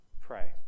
pray